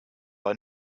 are